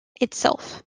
itself